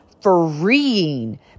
freeing